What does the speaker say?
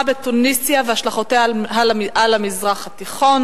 בתוניסיה והשלכותיה על המזרח התיכון